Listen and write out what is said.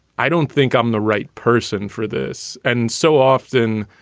i don't think i'm the right person for this. and so often,